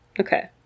Okay